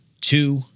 two